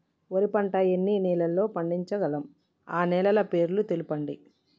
వరి పంట ఎన్ని నెలల్లో పండించగలం ఆ నెలల పేర్లను తెలుపండి?